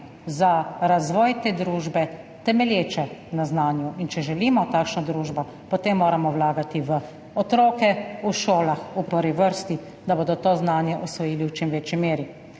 za razvoj te družbe, temelječe na znanju. In če želimo takšno družbo, potem moramo vlagati v otroke v šolah v prvi vrsti, da bodo to znanje osvojili v čim večji meri.